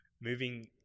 moving